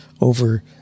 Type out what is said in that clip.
over